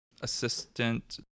assistant